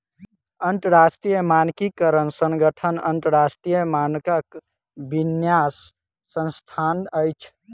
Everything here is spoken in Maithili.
अंतरराष्ट्रीय मानकीकरण संगठन अन्तरराष्ट्रीय मानकक विन्यास संस्थान अछि